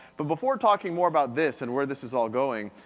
but before talking more about this and where this is all going,